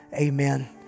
amen